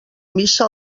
missa